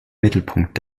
mittelpunkt